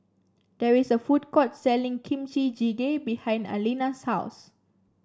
there is a food court selling Kimchi Jjigae behind Aleena's house